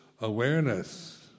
awareness